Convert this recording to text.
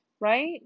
right